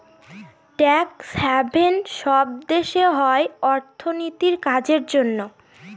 tax haven সব দেশে হয় অর্থনীতির কাজের জন্য